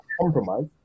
compromise